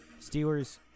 Steelers